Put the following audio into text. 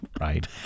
right